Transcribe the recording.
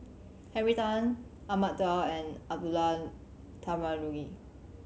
Henry Tan Ahmad Daud and Abdullah Tarmugi